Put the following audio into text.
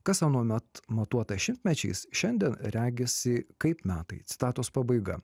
kas anuomet matuota šimtmečiais šiandien regisi kaip metai citatos pabaiga